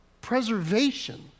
Preservation